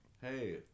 hey